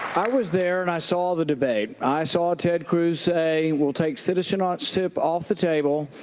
i was there and i saw the debate. i saw ted cruz say, we'll take citizenship off the table,